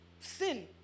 Sin